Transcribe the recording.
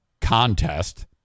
contest